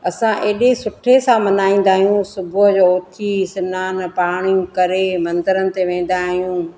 असां एॾे सुठे सां मल्हाईंदा आहियूं सुबुह जो उथी सनानु पाणियूं करे मंदरनि ते वेंदा आहियूं